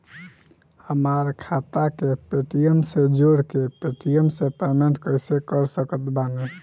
हमार खाता के पेटीएम से जोड़ के पेटीएम से पेमेंट कइसे कर सकत बानी?